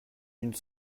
d’une